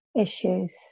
issues